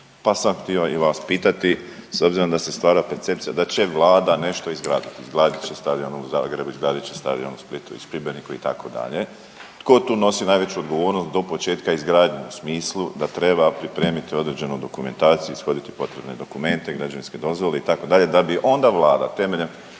pa sam htio i vas pitati s obzirom da se stvara percepcija da će Vlada nešto izgraditi, izgradit će stadion u Zagrebu, izgradit će stadion u Splitu i Šibeniku itd., tko tu nosi najveću odgovornost do početka izgradnje u smislu da treba pripremiti određenu dokumentaciju, ishoditi potrebne dokumente i građevinske dozvole itd. da bi onda Vlada temeljem